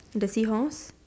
in the seahorse